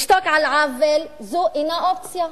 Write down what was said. לשתוק על עוול זו אינה אופציה.